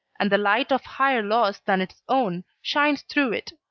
and the light of higher laws than its own, shines through it.